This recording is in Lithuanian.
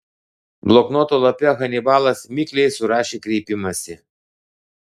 bloknoto lape hanibalas mikliai surašė kreipimąsi